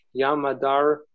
Yamadar